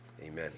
amen